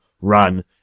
run